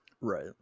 right